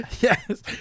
Yes